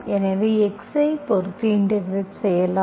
எனவே x ஐப் பொறுத்து இன்டெகிரெட் செய்யலாம்